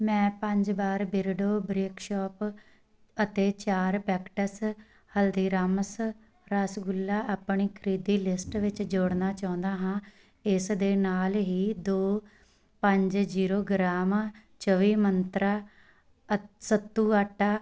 ਮੈਂ ਪੰਜ ਬਾਰ ਬਿਰਡੋ ਬਰਿੱਕ ਸੋਪ ਅਤੇ ਚਾਰ ਪੈਕੇਟਸ ਹਲਦੀਰਾਮਸ ਰਸਗੁੱਲਾ ਅਪਣੀ ਖਰੀਦੀ ਲਿਸਟ ਵਿੱਚ ਜੋੜਨਾ ਚਾਹੁੰਦਾ ਹਾਂ ਇਸ ਦੇ ਨਾਲ ਹੀ ਦੋ ਪੰਜ ਜ਼ੀਰੋ ਗ੍ਰਾਮ ਚੌਵੀ ਮੰਤਰਾਂ ਅ ਸੱਤੂ ਆਟਾ